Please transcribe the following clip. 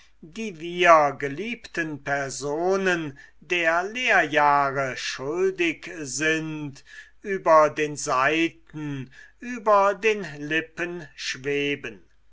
die wir geliebten personen der lehrjahre schuldig sind über den saiten über den lippen schweben